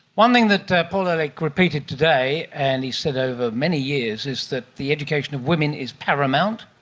one thing that paul ehrlich repeated today and he's said over many years is that the education of women is paramount,